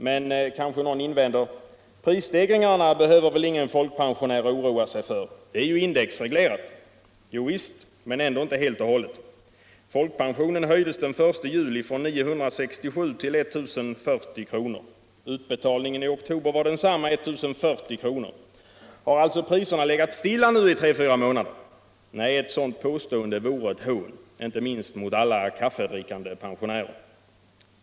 Men, kanske någon invänder, prisstegringarna behöver väl ingen folkpensionär oroa sig för. De är ju indexreglerade. Allmänpolitisk debatt Allmänpolitisk debatt Har alltså priserna legat stilla nu i tre fyra månader? Nej, ett sådant påstående vore ett hån. inte minst mot alla kaffedrickande pensionärer.